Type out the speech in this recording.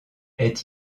est